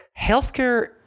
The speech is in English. healthcare